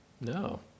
No